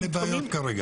אין לי בעיות כרגע.